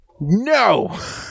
No